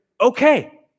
Okay